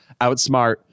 outsmart